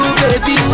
baby